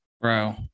Bro